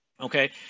okay